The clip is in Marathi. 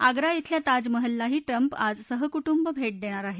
आग्रा शिल्या ताजमहललाही ट्रम्प आज सहकुटुंब भेट देणार आहेत